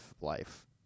life